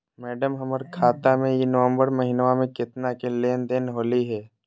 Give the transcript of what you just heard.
madam, हमर खाता में ई नवंबर महीनमा में केतना के लेन देन होले है